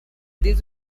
these